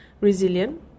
resilient